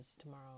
tomorrow